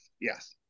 Yes